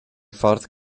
ffordd